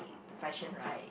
profession right